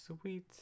Sweet